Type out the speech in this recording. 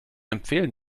empfehlen